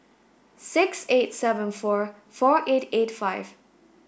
six eight seven four four eight eight five